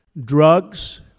Drugs